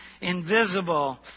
invisible